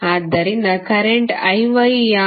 ಆದ್ದರಿಂದ current Iy ಯಾವುದು